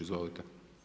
Izvolite.